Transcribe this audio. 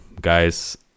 guys